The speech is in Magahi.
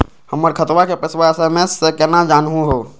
हमर खतवा के पैसवा एस.एम.एस स केना जानहु हो?